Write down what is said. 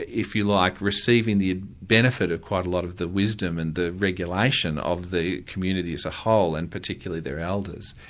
if you like, receiving the benefit of quite a lot of the wisdom and the regulation of the community as a whole and particularly their elders.